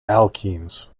alkenes